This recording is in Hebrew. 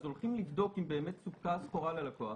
אז הולכים לבדוק אם סופקה הסחורה ללקוח